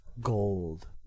gold